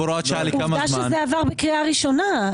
עובדה שזה עבר בקריאה ראשונה.